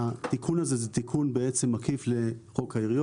התיקון הזה הוא תיקון בעצם עקיף לפקודת